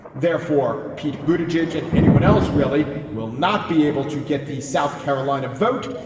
therefore, pete bhuta jej jej and anyone else really will not be able to get the south carolina vote.